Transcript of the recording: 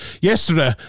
yesterday